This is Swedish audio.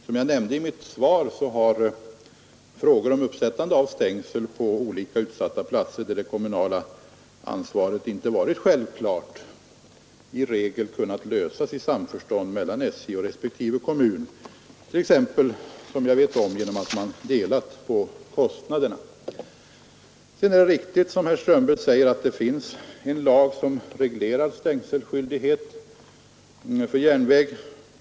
Som jag nämnde i mitt svar har frågor om uppsättande av stängsel på olika utsatta platser, där det kommunala ansvaret inte varit självklart, i regel kunnat lösas i samförstånd mellan SJ och respektive kommuner genom att man exempelvis delat på kostnaderna. Det är riktigt som herr Strömberg säger att det finns en lag som reglerar stängselskyldighet för järnväg.